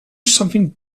something